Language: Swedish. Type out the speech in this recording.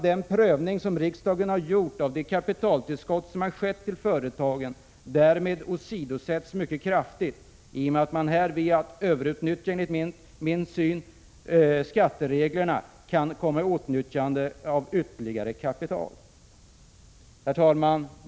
Den prövning som riksdagen har gjort av det kapitaltillskott som redan gått till företagen åsidosätts därmed mycket kraftigt i och med att man, som jag ser det, via skattereglerna kan komma i åtnjutande av ytterligare kapital. Herr talman!